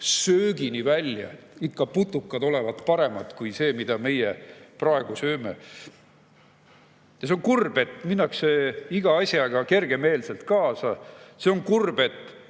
söögini välja: putukad olevat paremad kui see, mida me praegu sööme. On kurb, et minnakse iga asjaga kergemeelselt kaasa. On kurb, et